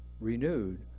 renewed